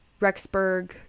Rexburg